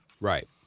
Right